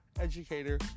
educator